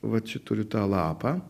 va čia turiu tą lapą